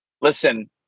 Listen